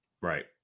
Right